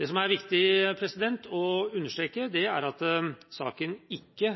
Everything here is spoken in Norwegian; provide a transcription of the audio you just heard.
Det som er viktig å understreke, er at saken ikke